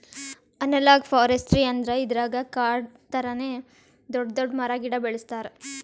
analogue forestry ಅಂದ್ರ ಇದ್ರಾಗ್ ಕಾಡ್ ಥರಾನೇ ದೊಡ್ಡ್ ದೊಡ್ಡ್ ಮರ ಗಿಡ ಬೆಳಸ್ತಾರ್